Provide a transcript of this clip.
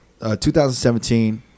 2017